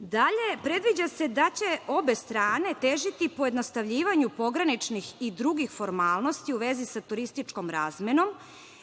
Dalje, predviđa se da će obe strane težiti pojednostavljivanju pograničnih i drugih formalnosti u vezi sa turističkom razmenom